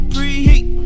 Preheat